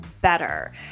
better